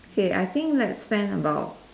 K I think let's spend about